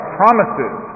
promises